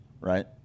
right